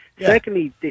Secondly